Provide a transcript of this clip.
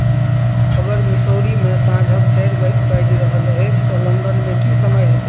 अगर मिशौरीमे साँझक चारि बाइ बाजि रहल अछि तऽ लन्दनमे की समय हेतै